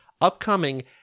upcoming